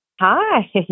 Hi